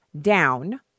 down